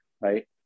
right